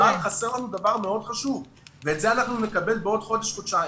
חסר לנו דבר מאוד חשוב ואת זה נקבל בעוד חודש-חודשיים,